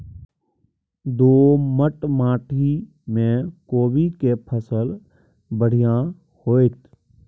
दोमट माटी में कोबी के फसल बढ़ीया होतय?